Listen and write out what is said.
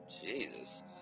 Jesus